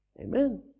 Amen